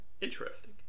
interesting